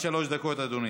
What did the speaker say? עד שלוש דקות, אדוני.